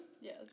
Yes